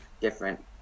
different